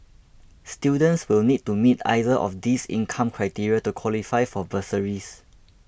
students will need to meet either of these income criteria to qualify for bursaries